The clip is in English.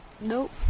Nope